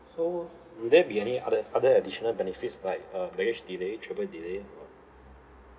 so will there be any other f~ other additional benefits like uh baggage delay travel delay or